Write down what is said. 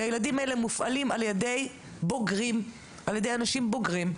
כי הילדים האלה מופעלים על-ידי אנשים בוגרים,